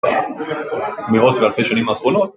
מאות ואלפי שנים אחרונות